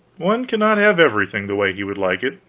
one cannot have everything the way he would like it.